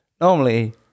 Normally